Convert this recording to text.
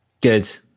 Good